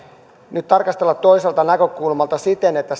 nyt tarkastella toisesta näkökulmasta siten että